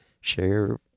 share